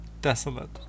desolate